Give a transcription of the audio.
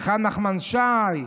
היכן נחמן שי?